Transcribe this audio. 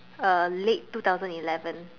uh late two thousand eleven